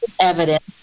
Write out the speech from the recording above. evidence